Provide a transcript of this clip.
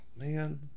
man